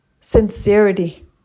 Sincerity